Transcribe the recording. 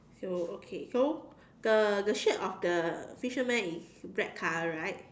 so okay so the the shirt of the fisherman is black color right